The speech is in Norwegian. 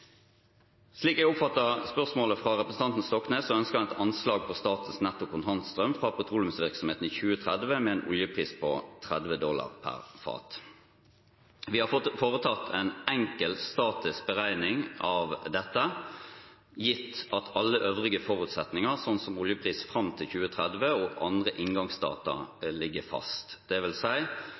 Slik jeg oppfatter spørsmålet fra representanten Stoknes, ønsker han et anslag på statens netto kontantstrøm fra petroleumsvirksomheten i 2030 med en oljepris på 30 dollar per fat. Vi har foretatt en enkel, statisk beregning av dette, gitt at alle øvrige forutsetninger, som oljepris fram til 2030 og andre inngangsdata, ligger fast.